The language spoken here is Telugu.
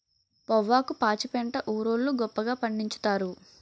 పొవ్వాకు పాచిపెంట ఊరోళ్లు గొప్పగా పండిచ్చుతారు